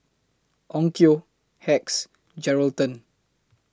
Onkyo Hacks Geraldton